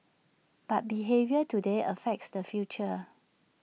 but behaviour today affects the future